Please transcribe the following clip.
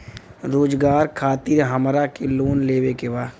रोजगार खातीर हमरा के लोन लेवे के बा?